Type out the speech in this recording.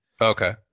Okay